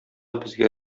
безгә